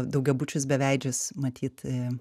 daugiabučius beveidžius matyt